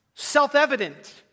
self-evident